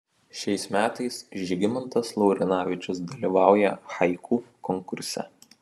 šiais metais žygimantas laurinavičius dalyvauja haiku konkurse